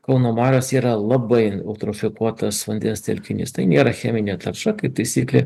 kauno marios yra labai eutrofikuotas vandens telkinys tai nėra cheminė tarša kaip taisyklė